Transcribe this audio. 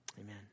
Amen